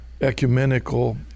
ecumenical